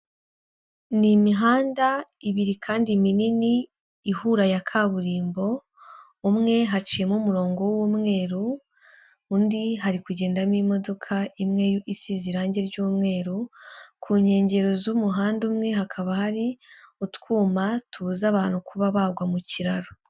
Ni imihanda ibiri kandi minini ihura ya kaburimbo, umwe haciyemo umurongo w'umweru undi hari kugendamo imodoka imwe isize irange ry'umweru, ku nkengero z'umuhanda umwe hakaba hari utwuma tubuza abantu kuba bagwa mu kiraro.